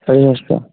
সাড়ে দশটা